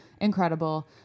incredible